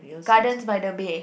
Gardens by the bay